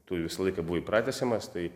tu visą laiką buvai pratęsiamas tai